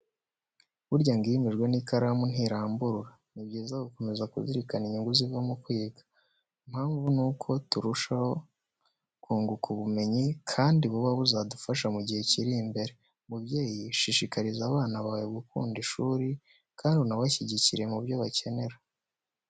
Burya ngo iyimijwe n'ikaramu ntiramburura! Ni byiza gukomeza kuzirikana inyungu ziva mu kwiga. Impamvu ni uko turushaho kunguka ubumenyi kandi buba buzadufasha mu igihe kiri imbere. Mubyeyi, shishikariza abana bawe gukunda ishuri kandi unabashyigikire mu byo bakenera.